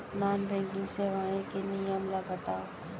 Non banking सेवाएं के नियम ला बतावव?